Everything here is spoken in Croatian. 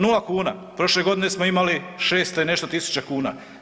0 kuna, prošle godine smo imali 600 i nešto tisuća kuna.